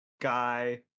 guy